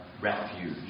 refuge